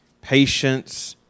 patience